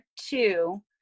two